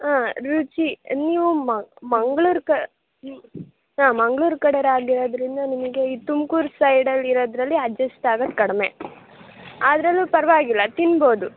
ಹಾಂ ರುಚಿ ನೀವು ಮಂಗ್ಳೂರು ಕ ಹಾಂ ಮಂಗ್ಳೂರು ಕಡೇಯವ್ರು ಆಗಿರೋದ್ರಿಂದ ನಿಮಗೆ ಈ ತುಮ್ಕೂರು ಸೈಡಲ್ಲಿ ಇರೋದರಲ್ಲಿ ಅಜ್ಜೆಸ್ಟ್ ಆಗೋದು ಕಡಿಮೆ ಆದ್ರೂ ಪರವಾಗಿಲ್ಲ ತಿನ್ಬೌದು